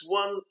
one